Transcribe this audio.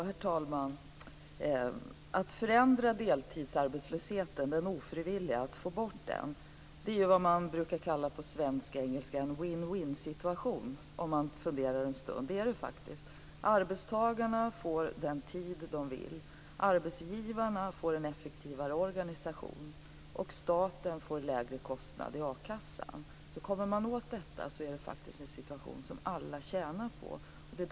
Herr talman! Att förändra och få bort den ofrivilliga deltidsarbetslösheten ger vad man på svenskengelska brukar kalla en win-win-situation. Arbetstagarna får den tid de vill, arbetsgivarna får en effektivare organisation och staten får lägre kostnad i akassan. Kommer man åt detta är det faktiskt en situation som alla tjänar på.